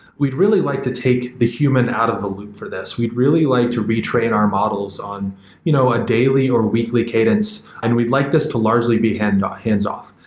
we'd really like to take the human out of the loop for this. we'd really like to retrain our models on you know a daily or weekly cadence and we'd like this to large be hands hands off.